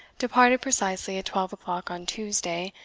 departed precisely at twelve o'clock on tuesday,